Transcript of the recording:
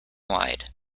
wide